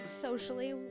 socially